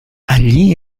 allí